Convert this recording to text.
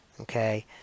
okay